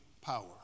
power